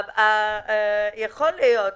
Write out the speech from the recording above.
יכול להיות.